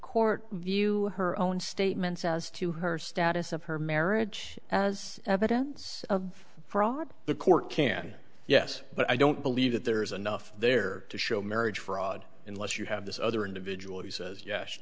court view her own statements as to her status of her marriage as evidence of fraud the court can yes but i don't believe that there is enough there to show marriage fraud in let's you have this other individual who says yes